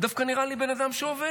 נראה לי בן אדם שעובד.